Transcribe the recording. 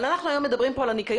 אבל אנחנו היום מדברים פה על הניקיון.